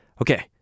Okay